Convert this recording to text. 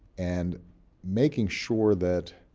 and making sure that